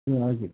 ए हजुर